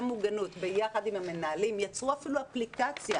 המוגנות ביחד עם המנהלים ואפילו יצרו אפליקציה